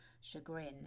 chagrin